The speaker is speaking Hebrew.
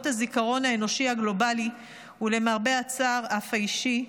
הזיכרון האנושי הגלובלי ולמרבה הצער אף האישי,